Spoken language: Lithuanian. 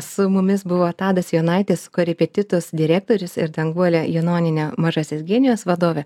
su mumis buvo tadas jonaitis korepetitus direktorius ir danguolė janonienė mažasis genijus vadovė